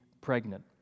pregnant